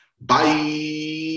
bye